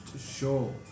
sure